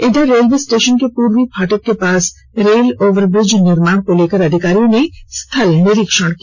इधर railway station के पूर्वी फाटक के पास रेल ओवरब्रिज निर्माण को लेकर अधिकारियों ने स्थल निरीक्षण किया